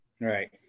Right